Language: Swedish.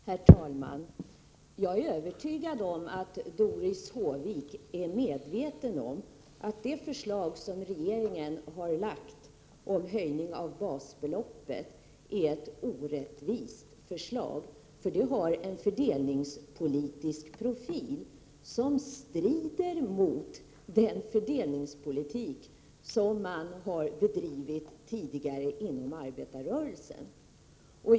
Herr talman! Jag är övertygad om att Doris Håvik är medveten om att det förslag som regeringen har lagt fram om höjning av basbeloppet är ett orättvist förslag. Det har en fördelningspolitisk profil som strider mot den fördelningspolitik som man har bedrivit tidigare inom arbetarrörelsen.